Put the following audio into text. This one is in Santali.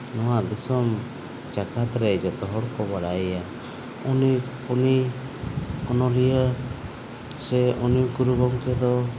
ᱱᱚᱣᱟ ᱫᱤᱥᱚᱢ ᱡᱟᱠᱟᱛ ᱨᱮ ᱡᱚᱛᱚ ᱦᱚᱲ ᱠᱚ ᱵᱟᱲᱟᱭᱮᱭᱟ ᱩᱱᱤ ᱩᱱᱤ ᱚᱱᱚᱞᱤᱭᱟᱹ ᱥᱮ ᱩᱱᱤ ᱜᱩᱨᱩ ᱜᱚᱢᱠᱮ ᱫᱚ